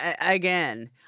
again